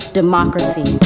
democracy